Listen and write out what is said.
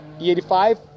E85